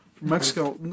Mexico